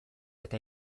eta